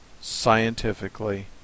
scientifically